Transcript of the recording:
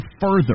further